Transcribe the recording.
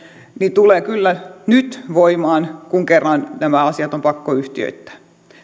tulee kyllä nyt voimaan kun kerran nämä asiat on pakko yhtiöittää